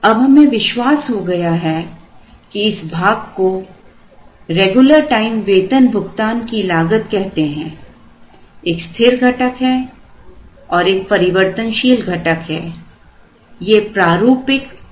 अब हमें विश्वास हो गया है कि इस भाग को रेगुलर टाइम वेतन भुगतान की लागत कहते हैं एक स्थिर घटक है और एक परिवर्तनशील घटक है ये प्रारूपिक इन्वेंटरी लागत है